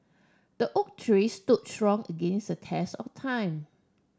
the oak tree stood strong against the test of time